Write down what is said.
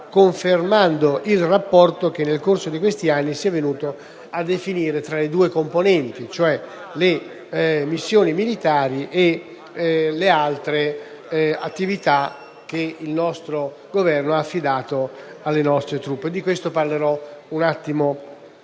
confermando il rapporto che nel corso di questi anni si è venuto a definire tra le due componenti, cioè le missioni militari e le altre attività che il nostro Governo ha affidato alle nostre truppe. Di questo però parlerò